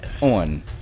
on